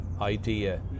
idea